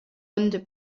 under